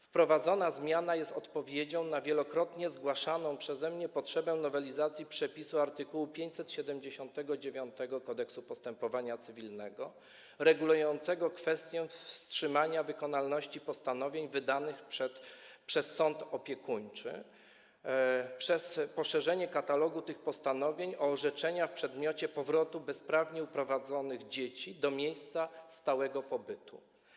Wprowadzona zmiana jest odpowiedzią na wielokrotnie zgłaszaną przeze mnie potrzebę nowelizacji przepisu art. 579 Kodeksu postępowania cywilnego, regulującego kwestię wstrzymania wykonalności postanowień wydanych przez sąd opiekuńczy, przez poszerzenie katalogu tych postanowień o orzeczenia w przedmiocie powrotu bezprawnie uprowadzonych dzieci do miejsca stałego pobytu.